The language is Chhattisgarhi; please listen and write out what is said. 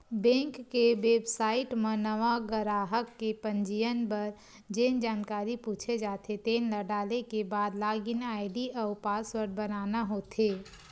बेंक के बेबसाइट म नवा गराहक के पंजीयन बर जेन जानकारी पूछे जाथे तेन ल डाले के बाद लॉगिन आईडी अउ पासवर्ड बनाना होथे